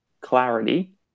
clarity